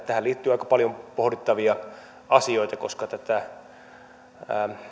tähän liittyy aika paljon pohdittavia asioita koska tätä